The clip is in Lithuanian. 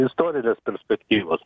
istorinės perspektyvos